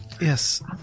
Yes